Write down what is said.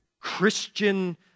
Christian